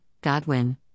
Godwin